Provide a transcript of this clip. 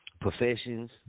professions